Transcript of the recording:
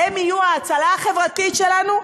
הן יהיו ההצלה החברתית שלנו,